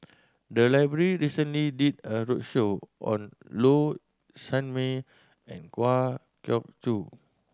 the library recently did a roadshow on Low Sanmay and Kwa Geok Choo